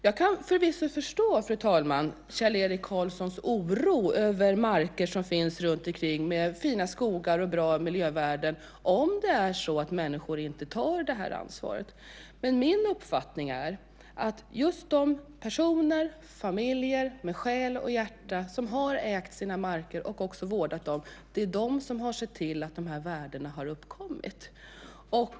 Jag kan förvisso förstå, fru talman, Kjell-Erik Karlssons oro över marker runtomkring med fina skogar och bra miljövärden om människor inte tar det här ansvaret. Min uppfattning är dock att det är just de personer och familjer som med själ och hjärta har ägt och vårdat sina marker som har sett till att dessa värden har uppkommit.